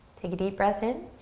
take a deep breath in.